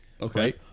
Okay